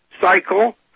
cycle